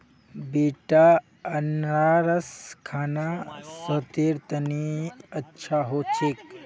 बेटा अनन्नास खाना सेहतेर तने अच्छा हो छेक